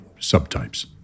subtypes